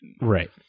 Right